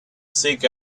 seek